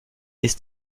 ist